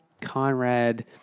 Conrad